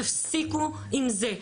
תפסיקו עם זה,